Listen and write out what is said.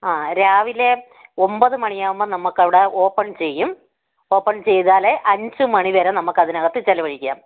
ആ രാവിലെ ഒമ്പത് മണിയാവുമ്പോള് നമ്മള്ക്കവിടെ ഓപ്പൺ ചെയ്യും ഓപ്പൺ ചെയ്താല് അഞ്ച് മണിവരെ നമ്മള്ക്കതിനകത്ത് ചെലവഴിക്കാം